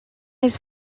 his